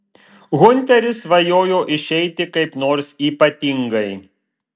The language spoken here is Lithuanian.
hunteris svajojo išeiti kaip nors ypatingai